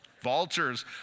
Vultures